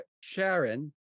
Sharon